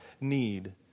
need